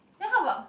then how about